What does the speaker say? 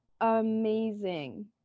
amazing